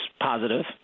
positive